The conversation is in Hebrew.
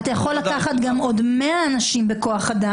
אתה יכול לקחת גם עוד מאה אנשים בכוח אדם